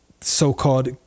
so-called